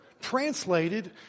translated